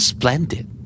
Splendid